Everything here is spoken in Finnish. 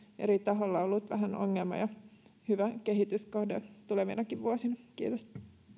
eri taholla ollut vähän ongelma ja se on hyvä kehityskohde tulevinakin vuosina kiitos